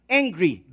angry